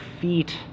feet